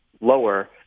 lower